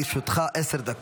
בבקשה, לרשותך עשר דקות.